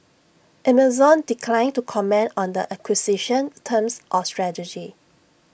Amazon declined to comment on the acquisition's terms or strategy